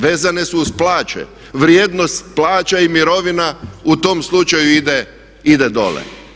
Vezane su uz plaće, vrijednost plaća i mirovina u tom slučaju ide dole.